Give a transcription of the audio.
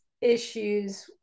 issues